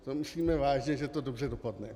To myslíme vážně, že to dobře dopadne?